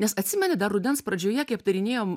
nes atsimeni dar rudens pradžioje kai aptarinėjome